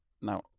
Now